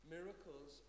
Miracles